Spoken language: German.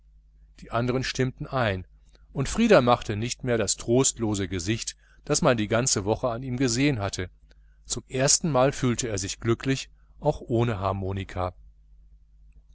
die andern stimmten ein und frieder machte nimmer das trostlose gesicht das man die ganze woche an ihm gesehen hatte zum erstenmal fühlte er sich glücklich auch ohne harmonika